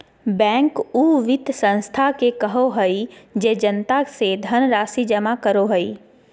bank उ वित संस्था के कहो हइ जे जनता से धनराशि जमा करो हइ